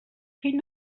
fill